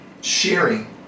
sharing